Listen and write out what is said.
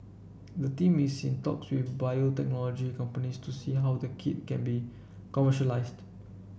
the team is in talks with biotechnology companies to see how the kit can be commercialised